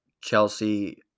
Chelsea